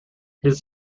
his